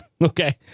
Okay